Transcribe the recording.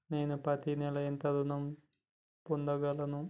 నేను పత్తి నెల ఎంత ఋణం పొందగలను?